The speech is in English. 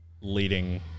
leading